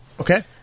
Okay